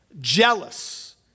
jealous